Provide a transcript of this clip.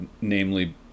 Namely